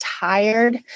Tired